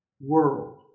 world